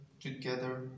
together